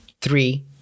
Three